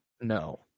No